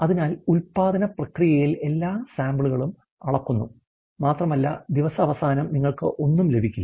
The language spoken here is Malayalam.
അതിനാൽ ഉൽപാദന പ്രക്രിയയിൽ എല്ലാ സാമ്പിളുകളും അളക്കുന്നു മാത്രമല്ല ദിവസാവസാനം നിങ്ങൾക്ക് ഒന്നും ലഭിക്കില്ല